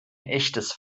echtes